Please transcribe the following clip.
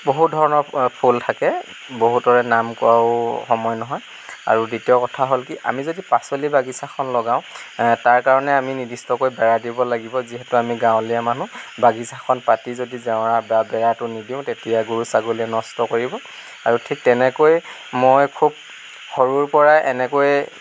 বহু ধৰণৰ ফুল থাকে বহুতৰে নাম কোৱাও সময় নহয় আৰু দ্বিতীয় কথা হ'ল কি আমি যদি পাচলি বাগিছাখন লগাওঁ তাৰ কাৰণে আমি নিৰ্দিষ্টকৈ বেৰা দিব লাগিব যিহেতু আমি গাঁৱলীয়া মানুহ বাগিছাখন পাতি যদি জেওৰা বা বেৰাটো নিদিওঁ তেতিয়া গৰু ছাগলীয়ে নষ্ট কৰিব আৰু ঠিক তেনেকৈয়ে মই খুব সৰুৰ পৰা এনেকৈয়ে